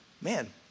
man